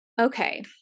Okay